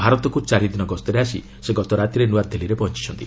ଭାରତକୁ ଚାରିଦିନ ଗସ୍ତରେ ଆସି ସେ ଗତ ରାତିରେ ନ୍ନଆଦିଲ୍ଲୀରେ ପହଞ୍ଚଛନ୍ତି